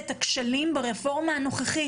ואת הכשלים ברפורמה הנוכחית.